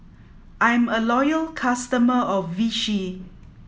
I'm a loyal customer of Vichy